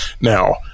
now